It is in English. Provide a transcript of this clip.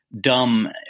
dumb